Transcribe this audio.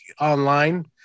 online